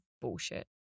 bullshit